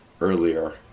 earlier